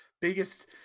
Biggest